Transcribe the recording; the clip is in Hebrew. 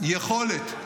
יכולת.